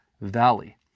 valley